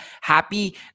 happy